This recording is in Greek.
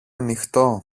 ανοιχτό